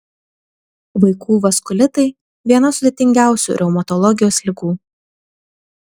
vaikų vaskulitai viena sudėtingiausių reumatologijos ligų